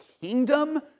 kingdom